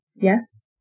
Yes